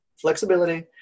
flexibility